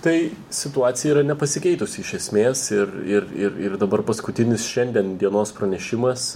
tai situacija yra nepasikeitusi iš esmės ir ir ir ir dabar paskutinis šiandien dienos pranešimas